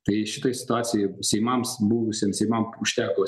tai šitoj situacijoj seimams buvusiem seimam užteko